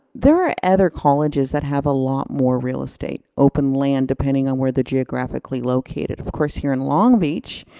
there are other colleges that have a lot more real estate, open land, depending on where they're geographically located. of course here in long beach,